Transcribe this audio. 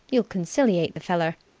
you'll conciliate the feller.